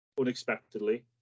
unexpectedly